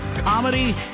Comedy